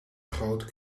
groot